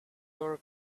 door